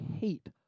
hate